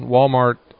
Walmart